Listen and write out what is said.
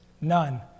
none